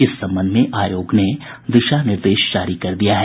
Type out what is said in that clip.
इस संबंध में आयोग ने दिशा निर्देश जारी कर दिया है